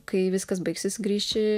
kai viskas baigsis grįši